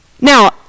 Now